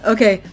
Okay